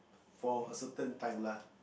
for a certain time lah